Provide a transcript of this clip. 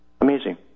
Amazing